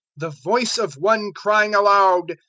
the voice of one crying aloud!